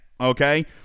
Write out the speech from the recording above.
okay